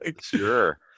sure